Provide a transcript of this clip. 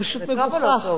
פשוט מגוחך.